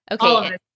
Okay